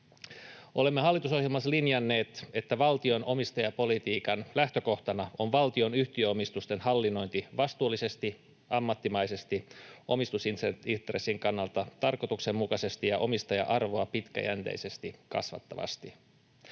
Olemme hallitusohjelmassa linjanneet, että valtion omistajapolitiikan lähtökohtana on valtion yhtiöomistusten hallinnointi vastuullisesti, ammattimaisesti, omistusintressin kannalta tarkoituksenmukaisesti ja omistaja-arvoa pitkäjänteisesti kasvattavasti.